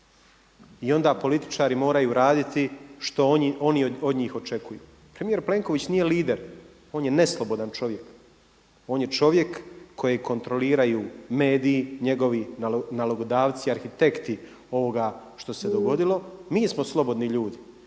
I onda političari moraju raditi što oni od njih očekuju. Premijer Plenković nije lider, on je neslobodan čovjek, on je čovjek kojeg kontroliraju mediji, njegovi nalogodavci, arhitekti ovoga što se dogodilo. Mi smo slobodni ljudi.